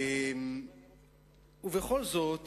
ובכל זאת,